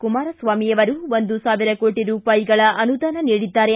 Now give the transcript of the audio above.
ಕುಮಾರಸ್ವಾಮಿ ಅವರು ಒಂದು ಸಾವಿರ ಕೋಟ ರೂಪಾಯಿಗಳ ಅನುದಾನ ನೀಡಿದ್ದಾರೆ